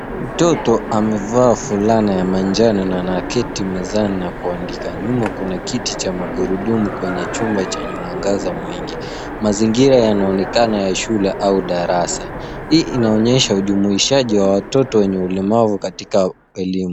Mtoto amevaa fulana ya manjano na anaketi mezani na kuandika. Nyuma kuna kiti cha magurudumu kwenye chumba chenye mwangaza mwingi. Mazingira yanaonekana ya shule au darasa. Hii inaonyesha ujumuishaji wa watoto wenye ulemavu katika elimu.